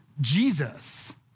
Jesus